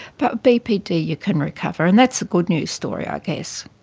but bpd you can recover, and that's the good news story i guess.